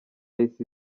yahise